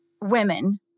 women